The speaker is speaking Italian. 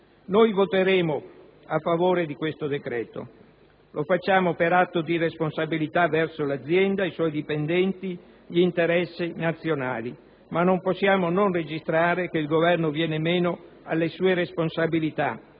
Noi voteremo a favore di questo decreto. Lo facciamo per atto di responsabilità verso l'azienda, i suoi dipendenti e verso gli interessi nazionali, ma non possiamo non registrare che il Governo viene meno alle sue responsabilità,